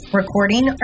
recording